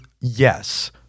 Yes